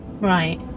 Right